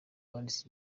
wanditse